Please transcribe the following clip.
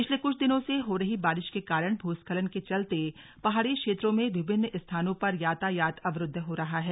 पिछले कुछ दिनों से हो रही बारिश के कारण भूस्खलन के चलते पहाड़ी क्षेत्रों में विभिन्न स्थानों पर यातायात अवरूद्ध हो रहा है